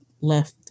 left